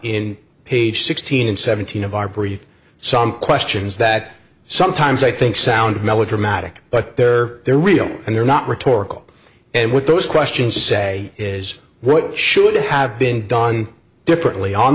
in page sixteen and seventeen of our brief some questions that sometimes i think sound melodramatic but they're they're real and they're not rhetorical and what those questions say is what should have been done differently on